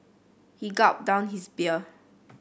he gulped down his beer